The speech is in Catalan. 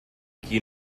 qui